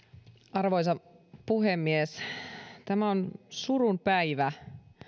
arvoisa puhemies tämä on surun päivä